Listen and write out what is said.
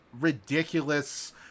ridiculous